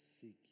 seek